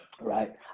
right